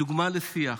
דוגמה לשיח.